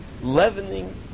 Leavening